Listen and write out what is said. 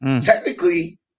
Technically